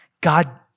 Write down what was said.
God